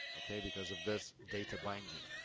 okay, because of this data binding,